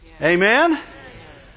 Amen